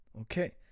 Okay